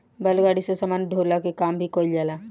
बैलगाड़ी से सामान ढोअला के काम भी कईल जाला